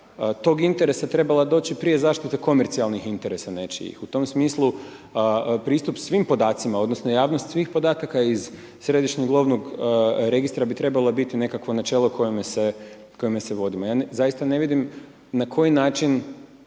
tog interesa trebala doći prije zaštite komercijalnih interesa nečijih. U tom smislu pristup svim podacima odnosno javnost svih podataka iz Središnjeg lovnog registra bi trebala bi biti nekakvo načelo kojim se vodimo, ja zaista ne vidim na koji način